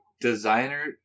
Designer